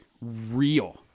real